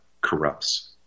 corrupts